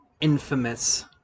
infamous